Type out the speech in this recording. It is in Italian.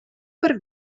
per